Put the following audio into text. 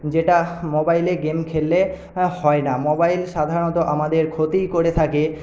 যেটা মোবাইলে গেম খেললে হয় না মোবাইল সাধারণত আমাদের ক্ষতিই করে থাকে